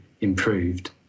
improved